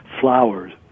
flowers